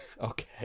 Okay